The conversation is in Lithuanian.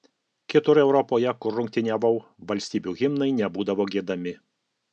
kitur europoje kur rungtyniavau valstybių himnai nebūdavo giedami